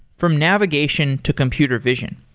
from navigation to computer vision.